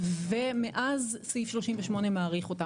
ומאז סעיף 38 מאריך אותן.